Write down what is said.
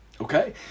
okay